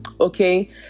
okay